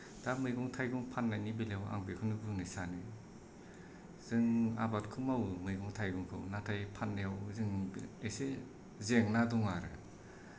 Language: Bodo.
दा मैगं थाइगं फाननायनि बेलायाव आं बेखौनो बुंनो सानो जों आबादखौ मावो मैगं थाइगंखौ नाथाय फाननायाव जों एसे जेंना दं आरो